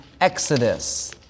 exodus